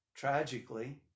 Tragically